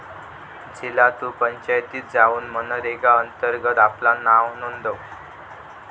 झिला तु पंचायतीत जाउन मनरेगा अंतर्गत आपला नाव नोंदव